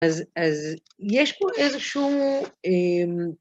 אז, אז, יש פה איזה שהוא...